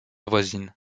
voisine